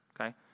Okay